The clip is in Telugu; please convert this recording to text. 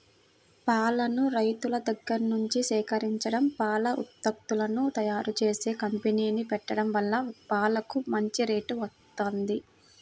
పాలను రైతుల దగ్గర్నుంచి సేకరించడం, పాల ఉత్పత్తులను తయ్యారుజేసే కంపెనీ పెట్టడం వల్ల పాలకు మంచి రేటు వత్తంది